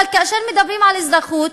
אבל כאשר מדברים על אזרחות,